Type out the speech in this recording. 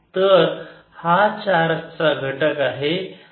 तर हा चार्ज चा घटक आहे